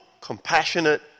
compassionate